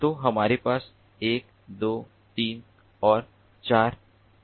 तो हमारे पास 1 2 3 और 4 4 क्रॉसिंग हैं